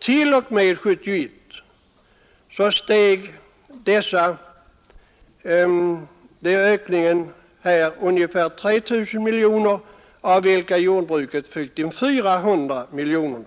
till den 1 mars 1972 var denna prisstegring ungefär 3 000 miljoner, varav jordbruket fick 400 miljoner.